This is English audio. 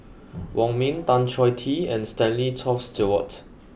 Wong Ming Tan Choh Tee and Stanley Toft Stewart